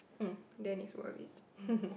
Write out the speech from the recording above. mm then it's worth it